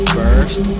first